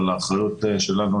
אבל האחריות שלנו,